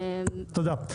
תודה.